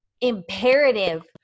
imperative